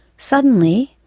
suddenly,